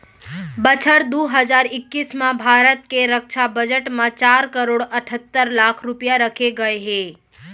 बछर दू हजार इक्कीस म भारत के रक्छा बजट म चार करोड़ अठत्तर लाख रूपया रखे गए हे